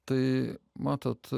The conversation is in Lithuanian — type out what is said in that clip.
tai matot